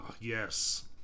yes